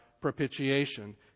propitiation